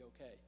okay